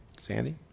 Sandy